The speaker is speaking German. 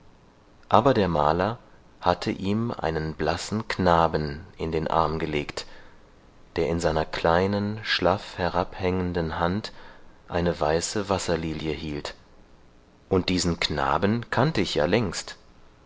aber der maler hatte ihm einen blassen knaben in den arm gelegt der in seiner kleinen schlaff herabhängenden hand eine weiße wasserlilie hielt und diesen knaben kannte ich ja längst